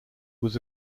was